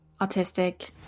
autistic